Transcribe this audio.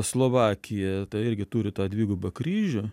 slovakija tai irgi turi tą dvigubą kryžių